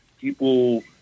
People